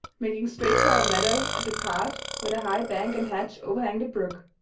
making straight for our meadow at the part where the high bank and hedge overhang the brook.